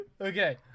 Okay